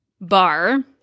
bar